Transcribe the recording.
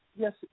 Yes